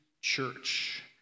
Church